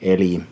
Eli